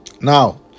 Now